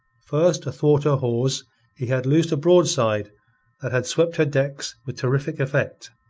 first athwart her hawse he had loosed a broadside that had swept her decks with terrific effect,